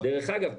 דרך אגב,